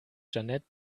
jeanette